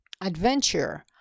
adventure